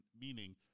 meaning